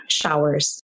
showers